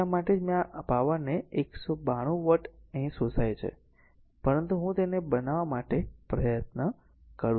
તેથી એટલા માટે જ મેં આ પાવરને 192 વોટ અહીં શોષાય છે પરંતુ હું તેને બનાવવા માટે પ્રયત્ન કરું છું